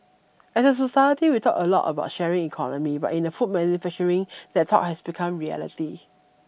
as a society we talk a lot about sharing economy but in the food manufacturing that talk has become reality